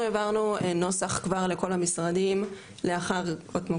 אנחנו העברנו נוסח כבר לכל המשרדים לאחר כפי